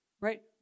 Right